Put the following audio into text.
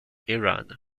iran